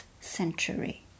century